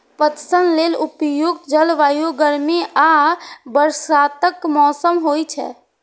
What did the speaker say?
पटसन लेल उपयुक्त जलवायु गर्मी आ बरसातक मौसम होइ छै